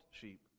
sheep